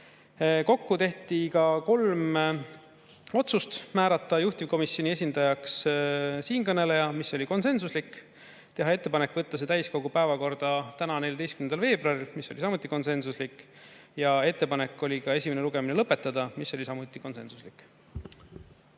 Kokku tehti kolm otsust. Määrata juhtivkomisjoni esindajaks siinkõneleja, see oli konsensuslik otsus. Teha ettepanek võtta [eelnõu] täiskogu päevakorda täna, 14. veebruaril, see oli samuti konsensuslik otsus. Ettepanek oli esimene lugemine lõpetada, mis oli samuti konsensuslik